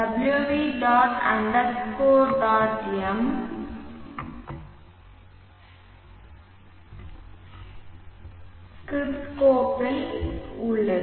m script கோப்பில் உள்ளது